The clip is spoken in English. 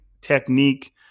technique